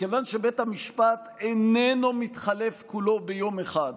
מכיוון שבית המשפט איננו מתחלף כולו ביום אחד,